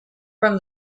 from